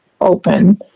open